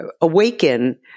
awaken